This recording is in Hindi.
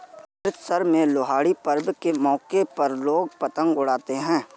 अमृतसर में लोहड़ी पर्व के मौके पर लोग पतंग उड़ाते है